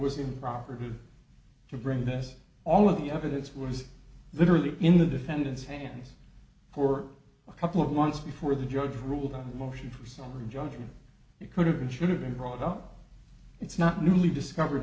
improper to bring this all of the evidence was literally in the defendant's hands for a couple of months before the judge ruled on a motion for summary judgment it could have been should have been brought up it's not newly discovered